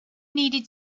needed